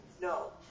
No